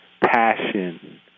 passion